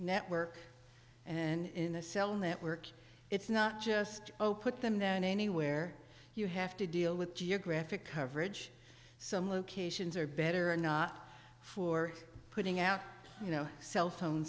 network and in a cell network it's not just open them then anywhere you have to deal with geographic coverage some locations are better or not for putting out you know cell phone